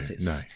no